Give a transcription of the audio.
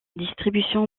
distribution